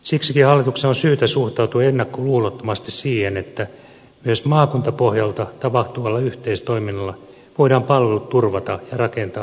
siksikin hallituksen on syytä suhtautua ennakkoluulottomasti siihen että myös maakuntapohjalta tapahtuvalla yhteistoiminnalla voidaan palvelut turvata ja rakentaa demokraattisesti